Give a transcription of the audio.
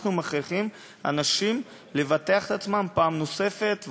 אנחנו מכריחים אנשים לבטח את עצמם פעם נוספת,